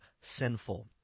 sinful